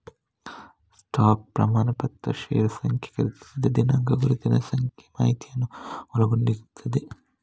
stock ಪ್ರಮಾಣಪತ್ರ ಷೇರು ಸಂಖ್ಯೆ, ಖರೀದಿಸಿದ ದಿನಾಂಕ, ಗುರುತಿನ ಸಂಖ್ಯೆ ಮಾಹಿತಿಯನ್ನ ಒಳಗೊಂಡಿರ್ತದೆ